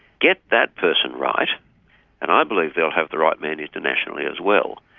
get that person right and i believe they'll have the right man internationally as well.